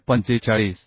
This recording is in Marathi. बाय 45